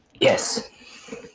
Yes